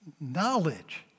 knowledge